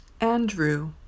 Andrew